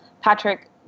patrick